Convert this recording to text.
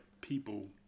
people